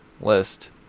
list